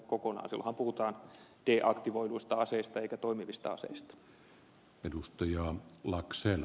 silloinhan puhutaan deaktivoiduista aseista eikä toimivista aseista